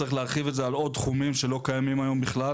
צריך להרחיב את זה על עוד תחומים שלא קיימים היום בכלל,